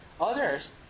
Others